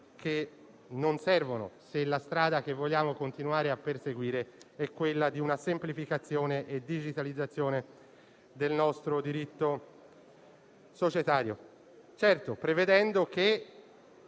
che non servono se la strada che vogliamo continuare a perseguire è quella di una semplificazione e digitalizzazione del nostro diritto societario. Fermi restando gli